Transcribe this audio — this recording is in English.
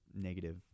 negative